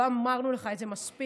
לא אמרנו לך את זה מספיק,